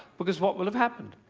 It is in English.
because what will have happened?